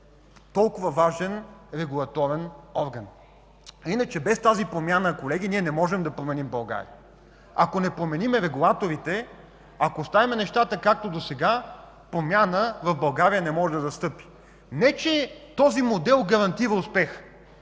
толкова важен регулаторен орган. Колеги, без тази промяна обаче ние не можем да променим България. Ако не променим регулаторите, ако оставим нещата, както досега, промяна в България не може да настъпи. Не че този модел гарантира успех.